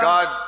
God